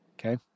Okay